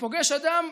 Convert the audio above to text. שפוגש אדם,